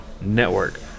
Network